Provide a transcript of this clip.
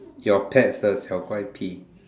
your pet's